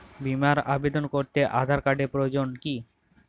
বিমার আবেদন করতে আধার কার্ডের প্রয়োজন কি?